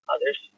Others